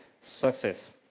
success